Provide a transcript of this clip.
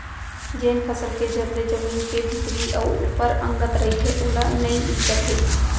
जेन फसल के जर ले जमीन के भीतरी अउ ऊपर अंगत रइथे ओला नइई कथें